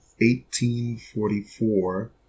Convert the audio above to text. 1844